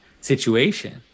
situation